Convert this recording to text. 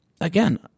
again